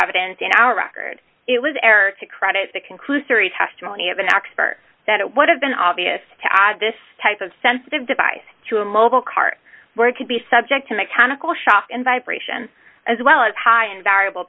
evidence in our record it was error to credit the conclusory testimony of an expert that it would have been obvious to add this type of sensitive device to a mobile cart where it could be subject to mechanical shock in vibration as well as high in variable